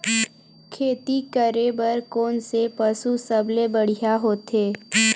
खेती करे बर कोन से पशु सबले बढ़िया होथे?